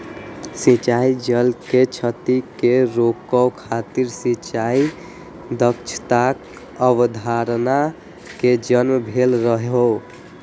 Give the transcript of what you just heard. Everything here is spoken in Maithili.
सिंचाइ जल के क्षति कें रोकै खातिर सिंचाइ दक्षताक अवधारणा के जन्म भेल रहै